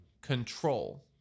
control